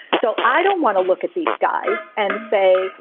so i don't want to look at these guys and say,